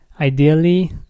Ideally